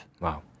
Wow